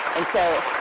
and so